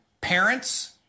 parents